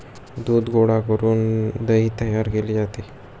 दूध गोळा करून दही तयार केले जाते